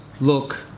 Look